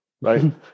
Right